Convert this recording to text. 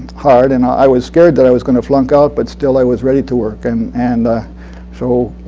hard. and i was scared that i was going to flunk out, but still i was ready to work. and and so